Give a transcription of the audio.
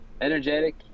Energetic